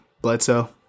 bledsoe